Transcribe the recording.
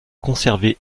conservé